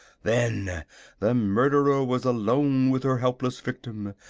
then the murderer was alone with her helpless victim,